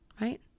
right